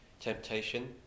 temptation